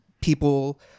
people